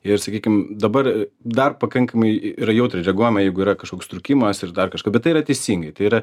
ir sakykim dabar dar pakankamai jautriai reaguojama jeigu yra kažkoks trūkimas ir dar kažkas bet tai yra teisingai tai yra